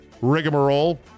rigmarole